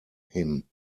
him